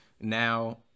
now